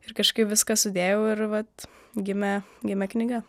ir kažkaip viską sudėjau ir vat gimė gimė knyga